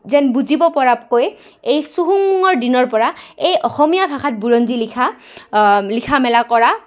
যেন বুজিব পৰাকৈ এই চুহুমুঙৰ দিনৰপৰা এই অসমীয়া ভাষাত বুৰঞ্জী লিখা লিখা মেলা কৰা